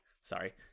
sorry